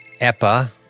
Epa